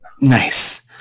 Nice